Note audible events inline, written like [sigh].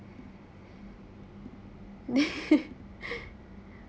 [laughs]